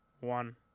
one